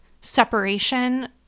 separation